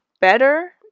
better